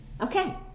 okay